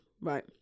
right